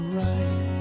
right